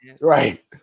Right